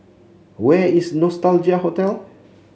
where is Nostalgia Hotel